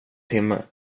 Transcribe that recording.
timme